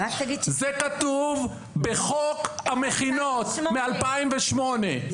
זה כתוב בחוק המכינות מ-2008.